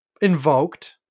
Invoked